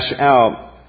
out